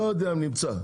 נמצא?